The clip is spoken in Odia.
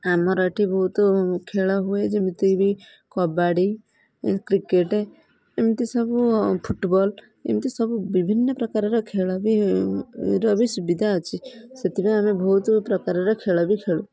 ଆମର ଏଠି ବହୁତ ଖେଳ ହୁଏ ଯେମିତି ବି କବାଡ଼ି କ୍ରିକେଟ ଏମିତି ସବୁ ଫୁଟବଲ୍ ଏମତି ସବୁ ବିଭିନ୍ନ ପ୍ରକାରର ଖେଳ ବି ର ସୁବିଧା ଅଛି ସେଥିପାଇଁ ଆମେ ବହୁତ ପ୍ରକାରର ଖେଳ ବି ଖେଳୁ